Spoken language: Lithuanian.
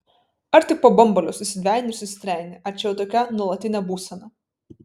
ar tik po bambalio susidvejini ir susitrejini ar čia jau tokia nuolatinė būsena